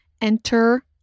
Enter